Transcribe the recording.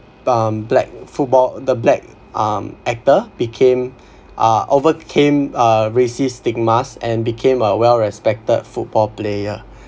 um black football the black um actor became uh overcame uh racist stigmas and became a well respected football player